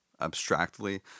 abstractly